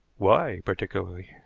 why, particularly?